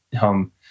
home